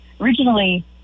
Originally